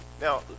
Now